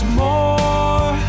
more